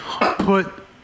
put